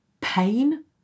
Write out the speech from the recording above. pain